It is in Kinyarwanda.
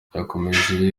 yakomeje